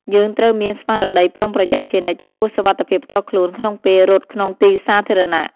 យើងត្រូវមានស្មារតីប្រុងប្រយ័ត្នជានិច្ចចំពោះសុវត្ថិភាពផ្ទាល់ខ្លួនក្នុងពេលរត់ក្នុងទីសាធារណៈ។